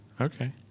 Okay